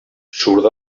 surt